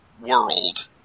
world